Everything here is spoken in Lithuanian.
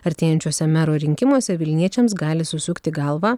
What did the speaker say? artėjančiuose mero rinkimuose vilniečiams gali susukti galvą